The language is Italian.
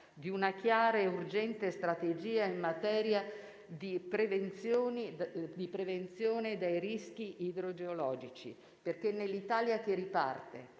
di una chiara e urgente strategia in materia di prevenzione dei rischi idrogeologici, perché nell'Italia che riparte